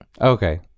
okay